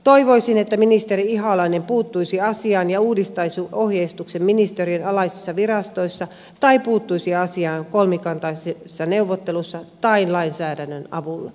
toivoisin että ministeri ihalainen puuttuisi asiaan ja uudistaisi ohjeistuksen ministerin alaisissa virastoissa tai puuttuisi asiaan kolmikantaisissa neuvotteluissa tai lainsäädännön avulla